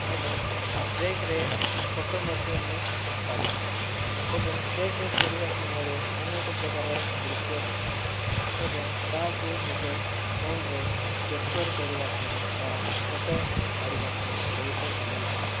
ଏବଂ ଟ୍ରେକରେ ଫଟୋ ମଧ୍ୟ ମୁଁ କାଢିଥିଲି ଏବଂଟ୍ରେକରେ ଚଢ଼ିବା ସମୟରେ ଅନେକ ପ୍ରକାର ଦୃଶ୍ୟ ଦେଖାଯାଏ ଏବଂ ତାହାକୁ ନିଜ ଫୋନରେ କ୍ୟାପଚର କରିବାପାଇଁ ବା ଫଟୋ କାଢିବା ପାଇଁ ବହୁତ ଭଲଲାଗେ